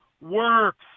works